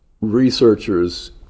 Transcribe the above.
researchers